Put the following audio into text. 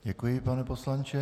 Děkuji, pane poslanče.